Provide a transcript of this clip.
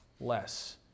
less